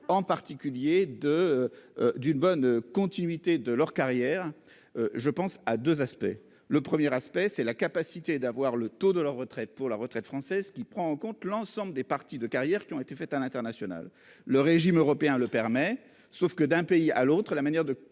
en particulier de. D'une bonne continuité de leur carrière. Je pense à 2 aspects. Le premier aspect, c'est la capacité d'avoir le taux de leur retraite pour la retraite française qui prend en compte l'ensemble des parties de carrière qui ont été faites à l'international. Le régime européen le permet. Sauf que d'un pays à l'autre, la manière de